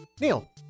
Neil